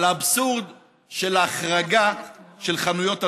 על האבסורד של ההחרגה של חנויות הנוחות.